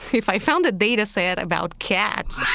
if i found a data set about cats,